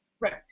Right